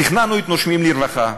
תכננו את "נושמים לרווחה"